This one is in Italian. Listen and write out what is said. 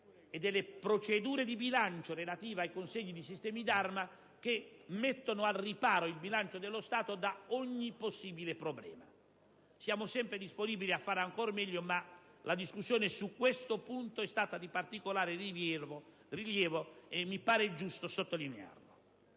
delle procedure di bilancio relative alla consegna dei sistemi d'arma, mettendo al riparo il bilancio dello Stato da ogni possibile problema. Siamo sempre disponibili a fare ancora meglio, ma la discussione su questo punto è stata di particolare rilievo e mi pare giusto sottolinearlo.